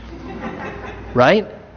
Right